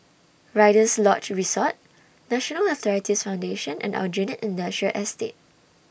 Rider's Lodge Resort National Arthritis Foundation and Aljunied Industrial Estate